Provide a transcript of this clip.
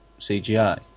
CGI